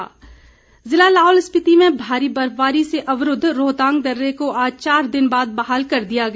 रोहतांग जिला लाहौल स्पिति में भारी बर्फबारी से अवरूद्व रोहतांग दर्रे को आज चार दिन बाद बहाल कर दिया गया